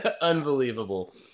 unbelievable